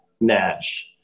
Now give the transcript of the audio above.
Nash